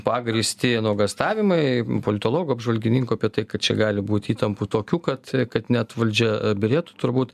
pagrįsti nuogąstavimai politologų apžvalgininkų apie tai kad čia gali būti įtampų tokių kad kad net valdžia byrėtų turbūt